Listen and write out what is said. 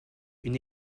une